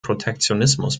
protektionismus